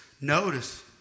notice